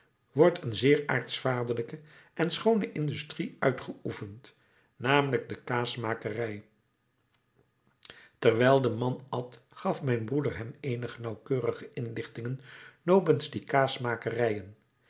wordt een zeer aartsvaderlijke en schoone industrie uitgeoefend namelijk de kaasmakerij terwijl de man at gaf mijn broeder hem eenige nauwkeurige inlichtingen nopens die kaasmakerijen